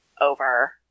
over